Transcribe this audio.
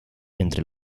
entre